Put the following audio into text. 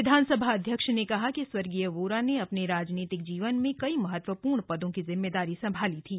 विधानसभा अध्यक्ष ने कहा कि स्वर्गीय वोरा ने अपने राजनीतिक जीवन में कई महत्वपूर्ण पदों की जिम्मेदारी संभाली थी